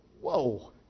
whoa